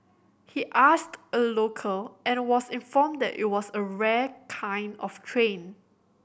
he asked a local and was informed that it was a rare kind of train